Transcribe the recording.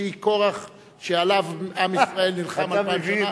שהיא כורח שעליו עם ישראל נלחם אלפיים שנה,